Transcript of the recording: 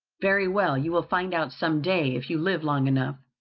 very well, you will find out some day, if you live long enough,